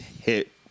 hit